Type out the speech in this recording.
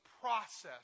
process